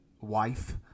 wife